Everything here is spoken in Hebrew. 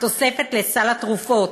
התוספת לסל התרופות,